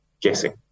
guessing